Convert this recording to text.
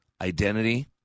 identity